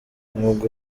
nubwo